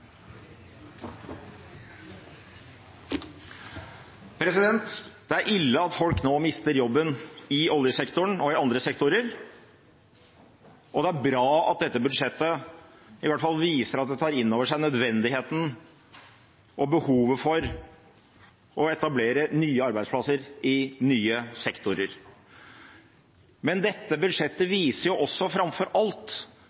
ille at folk nå mister jobben i oljesektoren og i andre sektorer, og det er bra at dette budsjettet i hvert fall viser at det tar innover seg nødvendigheten av og behovet for å etablere nye arbeidsplasser i nye sektorer. Men dette budsjettet viser framfor alt